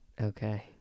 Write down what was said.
Okay